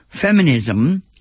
feminism